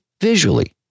visually